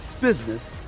business